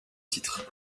titre